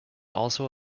also